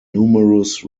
numerous